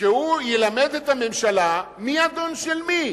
שילמד את הממשלה מי אדון של מי,